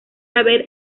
haber